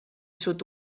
sud